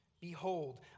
Behold